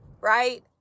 right